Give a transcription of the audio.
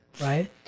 right